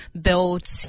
built